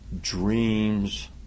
dreams